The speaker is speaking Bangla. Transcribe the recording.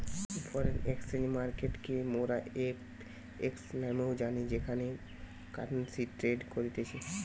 ফরেন এক্সচেঞ্জ মার্কেটকে মোরা এফ.এক্স নামেও জানি যেখানে কারেন্সি ট্রেড করতিছে